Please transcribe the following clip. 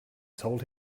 told